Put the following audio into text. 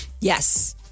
Yes